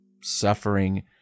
suffering